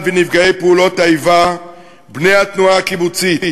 ונפגעי פעולות האיבה בני התנועה הקיבוצית.